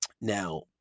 Now